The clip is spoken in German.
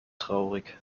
traurig